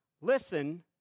Listen